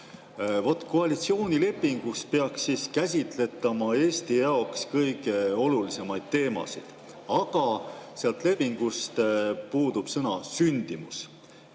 Koalitsioonilepingus peaks käsitletama Eesti jaoks kõige olulisemaid teemasid, aga sealt lepingust puudub sõna "sündimus".